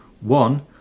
One